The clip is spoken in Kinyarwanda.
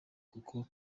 kuko